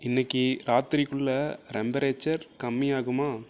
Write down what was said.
இன்றைக்கு ராத்திரிக்குள்ள ரெம்பரேச்சர் கம்மி ஆகுமா